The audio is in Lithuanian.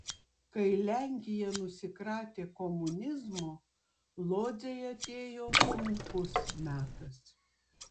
kai lenkija nusikratė komunizmo lodzei atėjo sunkus metas